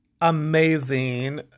amazing